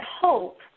hope